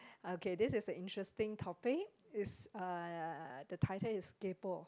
okay this is an interesting topic it's uh the title is kaypo